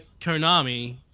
Konami